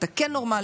אתה כן נורמלי,